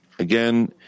Again